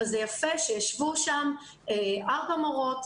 אבל זה יפה שישבו שם ארבע מורות,